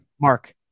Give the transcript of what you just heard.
Mark